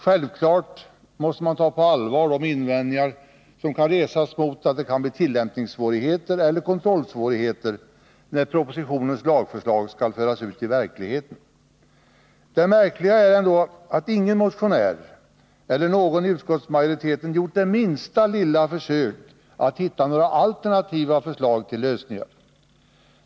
Självklart måste man ta på allvar de invändningar som kan resas mot att det kan bli tillämpningssvårigheter eller kontrollsvårigheter när propositionens lagförslag skall föras ut i verkligheten. Det märkliga är ändå att ingen motionär och ingen inom utskottsmajoriteten gjort det minsta lilla försök att hitta några alternativa förslag till lösningar.